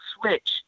switch